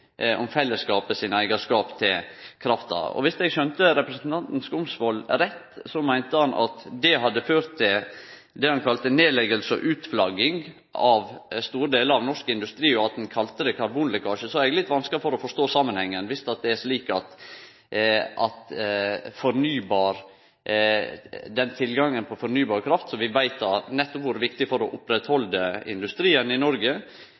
om fellesskapens eigarskap til krafta. Viss eg skjønte representanten Skumsvoll rett, så meinte han at det hadde ført til det han kalla nedlegging og utflagging av store delar av norsk industri, og han kalla det «karbonlekkasje». Eg har litt vanskeleg for å forstå samanhengen viss det er slik at tilgangen på fornybar kraft, som vi veit nettopp har vore viktig for å oppretthalde industrien i Noreg,